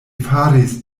faris